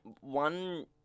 one